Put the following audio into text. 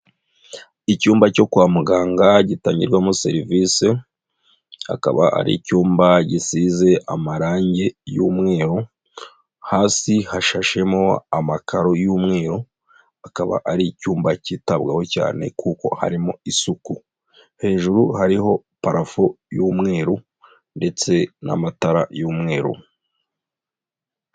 Icyumba cyo kwa muganga gitangirwamo serivisi, akaba ari icyumba gisize amarangi y'umweru, hasi hashashemo amakaro y'umweru, akaba ari icyumba cyitabwaho cyane kuko harimo isuku. Hejuru hariho parafo y'umweru ndetse n'amatara y'umweru.